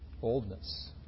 Boldness